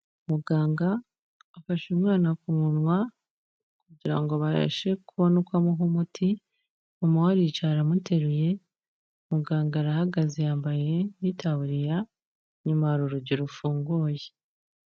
Muganga afashe umwana ku munwa kugira ngo abashe kubona uko amuha umuti, mama we aricaye aramuteruye, muganga arahagaze yambaye n'itaburiya, inyuma hari urugi rufunguye.